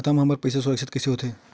खाता मा हमर पईसा सुरक्षित कइसे हो थे?